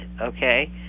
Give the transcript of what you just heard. okay